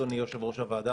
אדוני יושב-ראש הוועדה,